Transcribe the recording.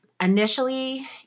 initially